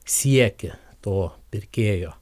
siekį to pirkėjo